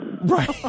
right